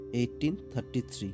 1833